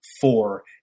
four